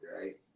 right